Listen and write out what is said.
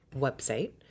website